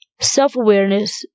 Self-awareness